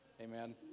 amen